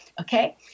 Okay